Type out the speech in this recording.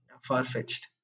far-fetched